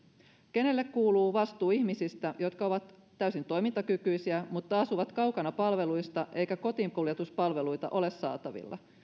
kenelle kuuluu vastuu ihmisistä jotka ovat täysin toimintakykyisiä mutta asuvat kaukana palveluista eikä kotiinkuljetuspalveluita ole saatavilla